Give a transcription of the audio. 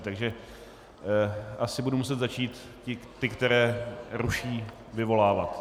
Takže asi budu muset začít ty, kteří ruší, vyvolávat.